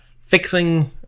Fixing